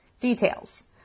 Details